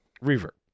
Revert